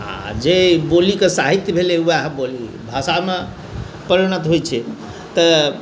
आओर जे बोलीके साहित्य भेलै वएह बोली भाषामे परिणत होइ छै तऽ